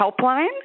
helpline